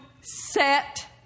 set